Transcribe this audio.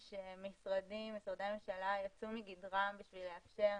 שמשרדים, משרדי הממשלה יצאו מגדרם כדי לאפשר.